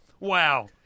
Wow